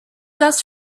dust